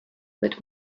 but